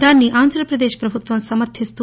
దానిని ఆంధ్రప్రదేశ్ ప్రభుత్వం సమర్థిస్తూ